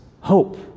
hope